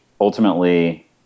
Ultimately